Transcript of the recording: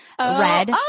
red